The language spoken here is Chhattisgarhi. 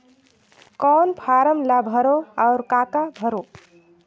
कौन फारम ला भरो और काका भरो?